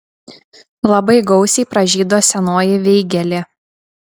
labai gausiai pražydo senoji veigelė